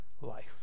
life